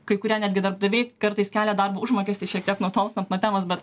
kai kurie netgi darbdaviai kartais kelia darbo užmokestį šiek tiek nutolstant nuo temos bet